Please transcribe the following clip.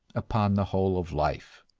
upon the whole of life.